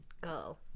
girl